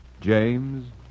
James